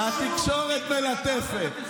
התקשורת מלטפת.